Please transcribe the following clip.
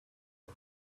but